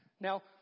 Now